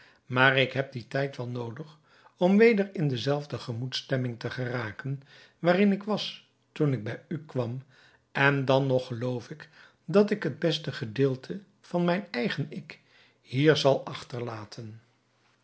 maar ik heb dien tijd wel noodig om weder in dezelfde gemoedstemming te geraken waarin ik was toen ik bij u kwam en dan nog geloof ik dat ik het beste gedeelte van mijn eigen ik hier zal achterlaten